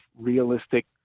realistic